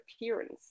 appearance